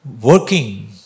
working